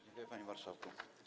Dziękuję, panie marszałku.